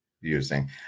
using